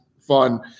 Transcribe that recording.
fun